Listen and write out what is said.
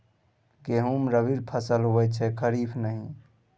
गहुम रबी फसल होए छै खरीफ नहि